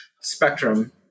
spectrum